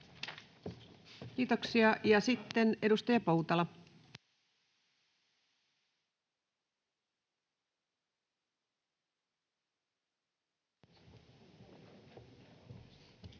Kiitoksia. — Ja sitten edustaja Poutala. Arvoisa